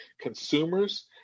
Consumers